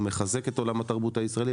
הוא מחזק את עולם התרבות הישראלית,